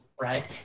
Right